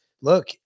look